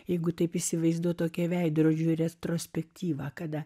jeigu taip įsivaizduoti tokią veidrodžių retrospektyvą kada